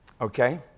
Okay